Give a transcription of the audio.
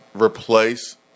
replace